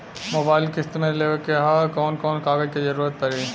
Mobile किस्त मे लेवे के ह कवन कवन कागज क जरुरत पड़ी?